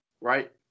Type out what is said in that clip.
right